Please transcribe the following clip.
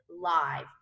live